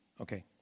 Okay